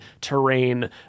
terrain